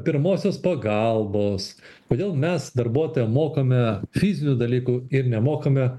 pirmosios pagalbos kodėl mes darbuotoją mokome fizinių dalykų ir nemokome